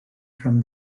from